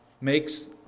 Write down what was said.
makes